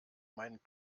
meinen